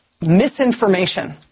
misinformation